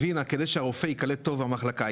הבינה כדי שהרופא ייקלט טוב במחלקה,